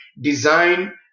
design